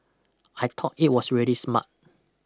I thought it was really smart